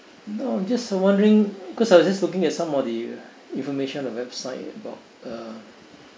no just wondering because I was just looking at some of the information the website about uh